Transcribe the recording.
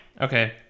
Okay